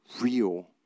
real